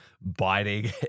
biting